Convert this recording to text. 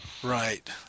Right